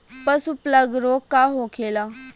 पशु प्लग रोग का होखेला?